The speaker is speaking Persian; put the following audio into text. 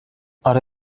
اره